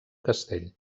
castell